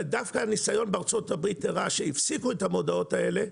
דווקא הניסיון בארצות הברית הראה שכשהפסיקו את המודעות האלה,